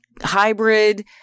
hybrid